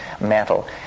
metal